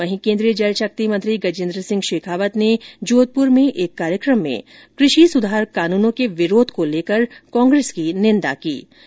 वहीं केन्द्रीय जल शक्ति मंत्री गजेन्द्र सिंह शेखावत ने जोधपुर में एक कार्यक्रम में कृषि सुधार कानूनों के विरोध को लेकर कांग्रेस की निंदा की है